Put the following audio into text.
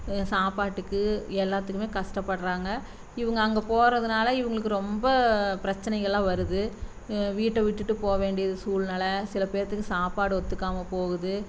சாப்பாட்டுக்கு எல்லாத்துக்கும் கஷ்டப்பட்றாங்க இவங்க அங்கே போகிறதுனால இவங்களுக்கு ரொம்ப பிரச்சனைகள்லாம் வருது வீட்டை விட்டுட்டு போக வேண்டியது சூழ்நெலை சில பேர்த்துக்கு சாப்பாடு ஒத்துக்காமல் போகுது